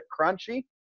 crunchy